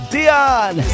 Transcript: Dion